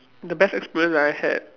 the best experience that I had